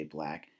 Black